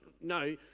No